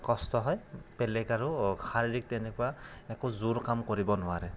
কষ্ট হয় বেলেগ আৰু শাৰীৰিক তেনেকুৱা একো জোৰ কাম কৰিব নোৱাৰে